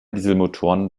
dieselmotoren